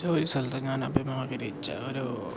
ജോലി സ്ഥലത്തൊക്കെ ഞാൻ അഭിമുഖീകരിച്ച ഒരു